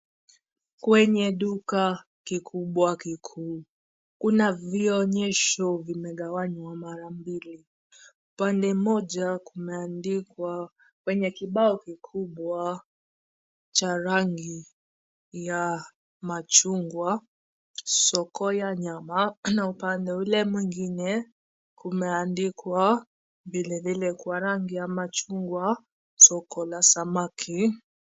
Kwenye duka kikubwa kikuu kuna vionyesho vimegawanywa mara mbili. Upande mmoja kumeandikwa kwenye kibao kikubwa cha rangi ya machungwa, "Soko ya Nyama", na upande ule mwingine kumeandikwa vilevile kwa rangi ya machungwa, "Soko la Samaki"